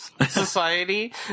society